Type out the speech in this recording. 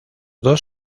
dos